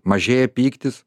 mažėja pyktis